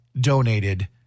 donated